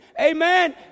Amen